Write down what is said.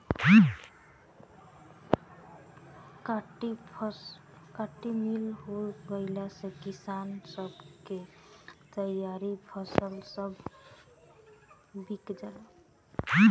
cotton mill हो गईला से किसान सब के तईयार फसल सब बिका जाला